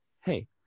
hey